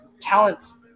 talent's